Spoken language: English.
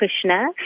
Krishna